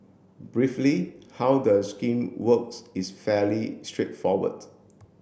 briefly how the scheme works is fairly straightforward